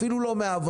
אפילו לא מעבודה,